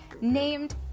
named